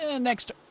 next